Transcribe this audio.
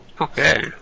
Okay